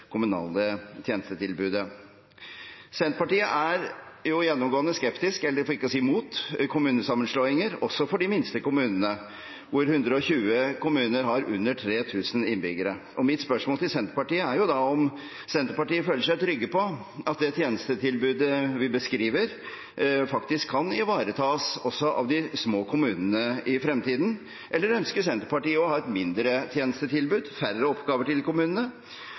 kommunale tjenestetilbudet. Senterpartiet er jo gjennomgående skeptisk til – for ikke å si imot – kommunesammenslåinger, også når det gjelder de minste kommunene, hvorav 120 har under 3 000 innbyggere. Mitt spørsmål til Senterpartiet er om Senterpartiet føler seg trygg på at det tjenestetilbudet vi beskriver, faktisk kan ivaretas også av de små kommunene i fremtiden – eller ønsker Senterpartiet å ha et mindre tjenestetilbud, færre oppgaver, i kommunene?